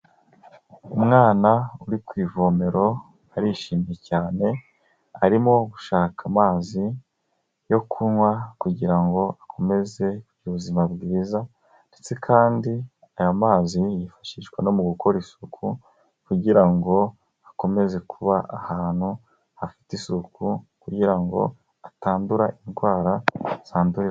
Umwana uri ku ivomero arishimye cyane, arimo gushaka amazi yo kunywa kugira ngo akomeze ubuzima bwiza, ndetse kandi aya mazi yifashishwa no mu gukora isuku, kugira ngo hakomeze kuba ahantu hafite isuku, kugira ngo atandura indwara zandura.